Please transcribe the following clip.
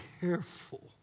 careful